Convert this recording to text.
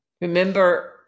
remember